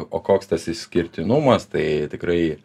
o koks tas išskirtinumas tai tikrai